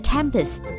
Tempest